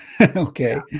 Okay